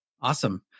Awesome